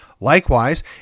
Likewise